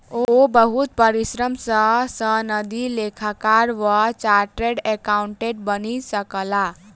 ओ बहुत परिश्रम सॅ सनदी लेखाकार वा चार्टर्ड अकाउंटेंट बनि सकला